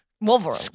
Wolverine